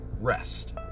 rest